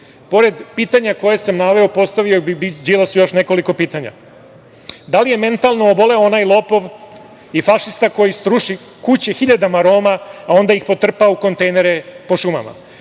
Pored pitanja koje sam naveo, postavio bih Đilasu još nekoliko pitanja - da li je mentalno oboleo onaj lopov i fašista koji sruši kuće hiljadama Roma, a onda ih potrpa u kontejnere po šumama?